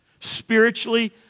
Spiritually